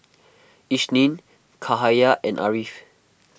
Isnin Cahaya and Ariff